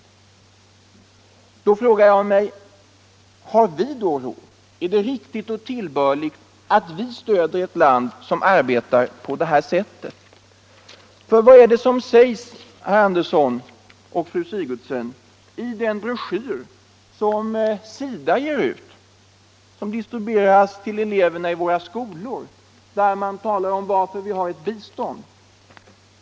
Men då frågar jag: Har vi då råd, och är det riktigt och tillbörligt att vi stöder ett land som arbetar på det här sättet? För, herr Andersson och fru Sigurdsen, vad är det som sägs i den broschyr som SIDA ger ut, som distribueras till eleverna i våra skolor och i vilken det talas om varför vi ger bistånd?